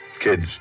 kids